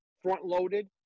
front-loaded